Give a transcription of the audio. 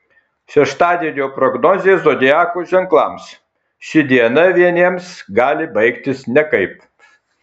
šeštadienio prognozė zodiako ženklams ši diena vieniems gali baigtis nekaip